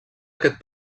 aquest